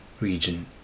region